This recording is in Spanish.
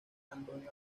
antonio